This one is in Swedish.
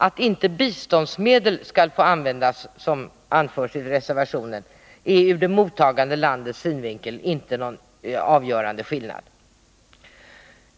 Att, som anförs i reservationen, inte biståndsmedel skall få användas är ur det mottagande landets synvinkel inte någon avgörande skillnad.